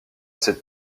cette